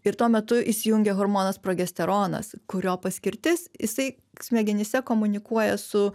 ir tuo metu įsijungia hormonas progesteronas kurio paskirtis jisai smegenyse komunikuoja su